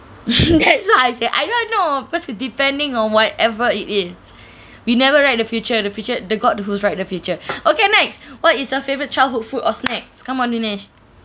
that's why I said I don't know because it depending on whatever it is we never write the future the future the god who's write the future okay next what is your favourite childhood food or snacks come on vinesh